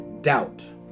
doubt